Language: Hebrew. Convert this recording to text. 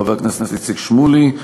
חבר הכנסת איציק שמולי,